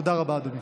תודה רבה, אדוני.